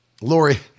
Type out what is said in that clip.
Lori